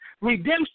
redemption